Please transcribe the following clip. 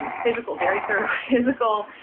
physical very thorough physical,